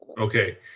Okay